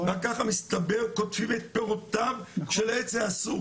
רק ככה מסתבר קוטפים את פירותיו של העץ האסור.